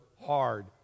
hard